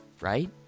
right